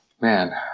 man